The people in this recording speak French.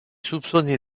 soupçonné